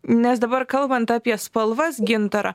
nes dabar kalbant apie spalvas gintarą